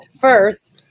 first